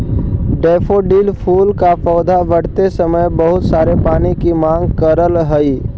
daffodil फूल का पौधा बढ़ते समय बहुत सारे पानी की मांग करअ हई